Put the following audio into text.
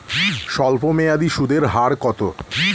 স্বল্পমেয়াদী সুদের হার কত?